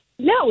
No